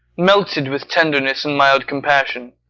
melted with tenderness and mild compassion,